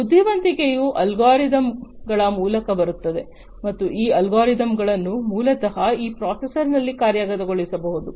ಬುದ್ಧಿವಂತಿಕೆಯು ಅಲ್ಗಾರಿದಮ್ಗಳ ಮೂಲಕ ಬರುತ್ತದೆ ಮತ್ತು ಈ ಅಲ್ಗೊರಿದಮ್ಗಳನ್ನು ಮೂಲತಃ ಈ ಪ್ರೊಸೆಸರ್ನಲ್ಲಿ ಕಾರ್ಯಗತಗೊಳಿಸಬಹುದು